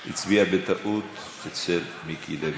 הוא הצביע בטעות אצל מיקי לוי.